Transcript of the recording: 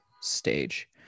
stage